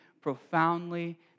profoundly